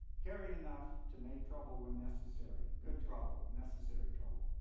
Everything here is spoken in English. caring enough to make trouble when necessary, good trouble, necessary trouble.